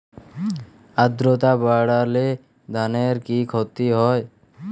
আদ্রর্তা বাড়লে ধানের কি ক্ষতি হয়?